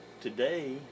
today